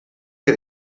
que